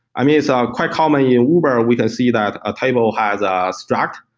i mean, it's um quite common in uber, we can see that a table has a strat,